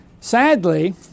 Sadly